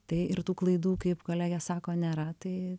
tai ir tų klaidų kaip kolegė sako nėra tai